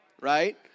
right